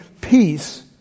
peace